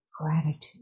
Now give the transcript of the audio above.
gratitude